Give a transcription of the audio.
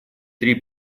три